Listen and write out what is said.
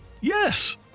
yes